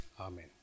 Amen